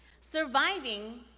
Surviving